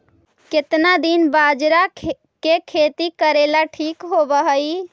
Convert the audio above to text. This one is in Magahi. केतना दिन बाजरा के खेती करेला ठिक होवहइ?